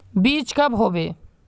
बीज कब होबे?